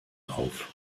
auf